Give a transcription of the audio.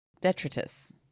detritus